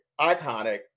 iconic